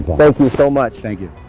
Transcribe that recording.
thank you so much. thank you.